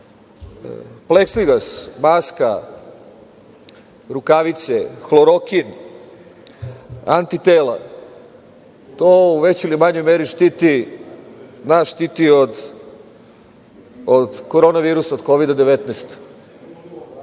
Pleksiglas, maska, rukavice, hlorokin, antitela, to u većoj ili manjoj meri štiti nas od Korona virusa, od Kovida-19,